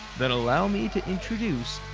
then allow me to introduce,